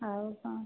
ଆଉ କ'ଣ